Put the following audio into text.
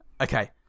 Okay